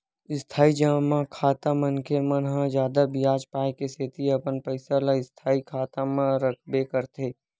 इस्थाई जमा खाता मनखे मन ह जादा बियाज पाय के सेती अपन पइसा ल स्थायी खाता म रखबे करथे